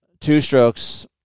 Two-strokes